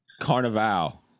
carnival